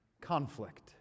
conflict